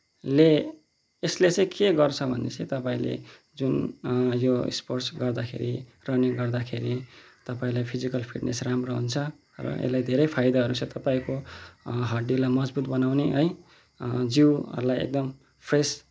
ले यसले के गर्छ भनेपछि तपाईँले जुन यो स्पोर्ट्स गर्दाखेरि रनिङ गर्दाखेरि तपाईँलाई फिजिकल फेट्नेस राम्रो हुन्छ यसलाई धेरै फाइदाहरू छ तपाईँको हड्डीलाई मजबुत बनाउने है जिउहरूलाई एकदम फ्रेस